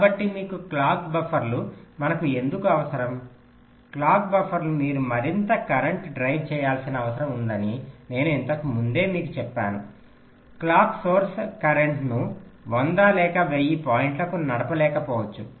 కాబట్టి మీకు క్లాక్ బఫర్లు మనకు ఎందుకు అవసరం క్లాక్ బఫర్లు మీరు మరింత కరెంట్ డ్రైవ్ చేయాల్సిన అవసరం ఉందని నేను ఇంతకు ముందే మీకు చెప్పాను క్లాక్ సోర్స్ కరెంట్ను 100 లేదా 1000 పాయింట్లకు నడపలేకపోవచ్చు